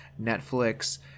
Netflix